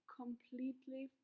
completely